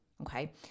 Okay